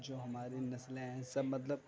جو ہماری نسلیں ہیں سب مطلب